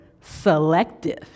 selective